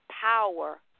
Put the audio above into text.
power